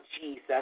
Jesus